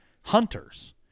hunters